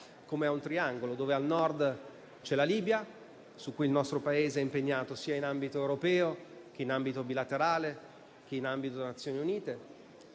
come a un triangolo: al Nord c'è la Libia, in cui il nostro Paese è impegnato sia in ambito europeo, sia in ambito bilaterale, sia in ambito Nazioni Unite;